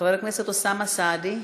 חבר הכנסת אוסאמה סעדי.